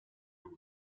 tool